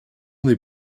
n’est